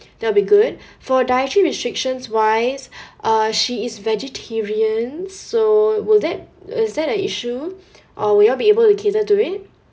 that will be good for dietary restrictions wise uh she is vegetarian so will that is that an issue or we all be able to cater to it